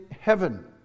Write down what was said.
heaven